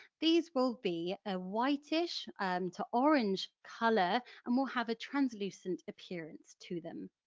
these will be a whitish to orange colour and will have a translucent appearance to them.